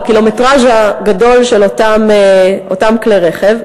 בקילומטרז' הגדול של אותם כלי רכב.